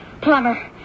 plumber